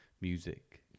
music